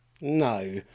No